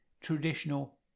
traditional